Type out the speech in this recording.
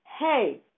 hey